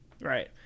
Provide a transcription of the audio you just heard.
Right